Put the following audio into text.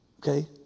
Okay